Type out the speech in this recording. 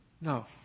no